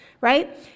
right